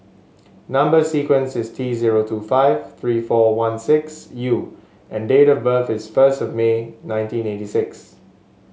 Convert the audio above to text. number sequence is T zero two five three four one six U and date of birth is first of May nineteen eighty six